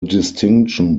distinction